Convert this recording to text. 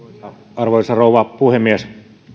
arvoisa rouva puhemies